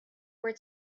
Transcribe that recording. were